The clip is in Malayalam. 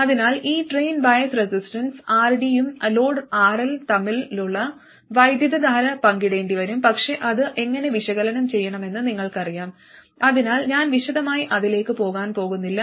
അതിനാൽ ഈ ഡ്രെയിൻ ബയാസ് റെസിസ്റ്റർ RD യും ലോഡ് RL തമ്മിലുള്ള വൈദ്യുതധാര പങ്കിടേണ്ടിവരും പക്ഷേ അത് എങ്ങനെ വിശകലനം ചെയ്യണമെന്ന് നിങ്ങൾക്കറിയാം അതിനാൽ ഞാൻ വിശദമായി അതിലേക്ക് പോകാൻ പോകുന്നില്ല